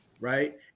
Right